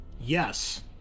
yes